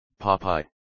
Popeye